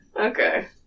Okay